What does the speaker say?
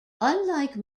unlike